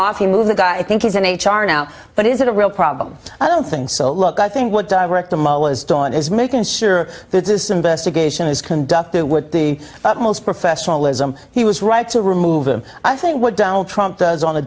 move the guy i think is an h r now but is it a real problem i don't think so look i think what direct a mole is done is making sure that this investigation is conducted with the utmost professionalism he was right to remove them i think what donald trump does on a